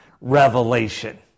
Revelation